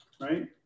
right